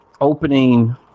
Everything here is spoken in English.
opening